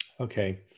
Okay